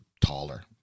taller